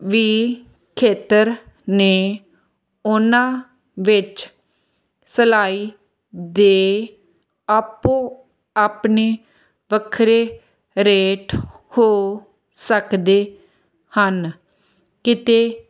ਵੀ ਖੇਤਰ ਨੇ ਉਹਨਾਂ ਵਿੱਚ ਸਿਲਾਈ ਦੇ ਆਪੋ ਆਪਣੇ ਵੱਖਰੇ ਰੇਟ ਹੋ ਸਕਦੇ ਹਨ ਕਿਤੇ